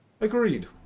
Agreed